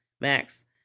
Max